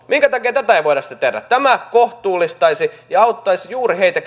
minkä takia tätä ei sitten voida tehdä tämä kohtuullistaisi ja auttaisi juuri heitä